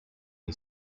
and